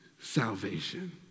salvation